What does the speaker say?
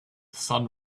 sun